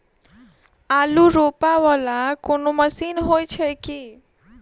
आलु रोपा वला कोनो मशीन हो छैय की?